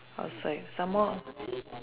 outside some more